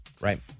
right